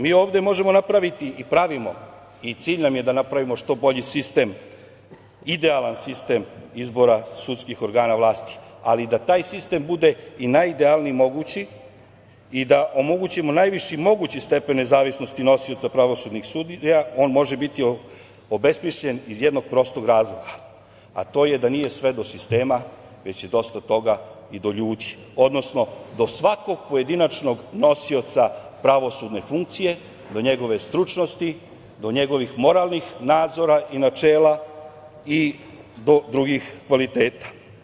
Mi ovde možemo napraviti i pravimo i cilj nam je da napravimo što bolji sistem, idealan sistem izbora sudskih organa vlasti, ali da taj sistem bude i najidealniji mogući i da omogućimo najviši mogući stepen nezavisnosti nosioca pravosudnih funkcija, on može biti obesmišljen iz jednog prostog razloga, a to je da nije sve do sistema, već je dosta toga i do ljudi, odnosno do svakog pojedinačnog nosioca pravosudne funkcije, do njegove stručnosti, do njegovih moralnih nadzora i načela i do drugih kvaliteta.